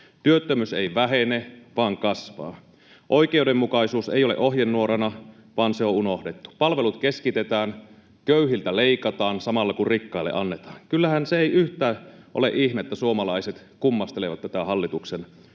Työttömyys ei vähene vaan kasvaa. Oikeudenmukaisuus ei ole ohjenuorana, vaan se on unohdettu. Palvelut keskitetään, köyhiltä leikataan, samalla kun rikkaille annetaan. Eihän se kyllä ole yhtään ihme, että suomalaiset kummastelevat tätä hallituksen